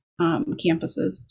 campuses